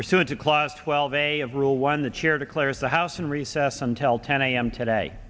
pursuant to class twelve a of rule one the chair declares the house in recess until ten a m today